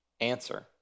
answer